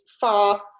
far